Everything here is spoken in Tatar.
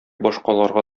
башкаларга